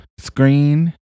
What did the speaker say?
screen